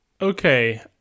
okay